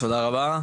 תודה רבה.